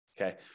Okay